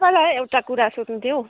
तपाईँलाई एउटा कुरा सोध्नु थियो